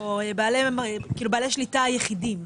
בעלי שליטה יחידים.